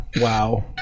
Wow